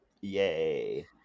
yay